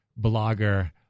blogger